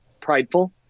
prideful